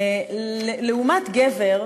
לעומת גבר,